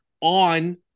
on